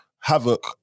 havoc